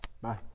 Bye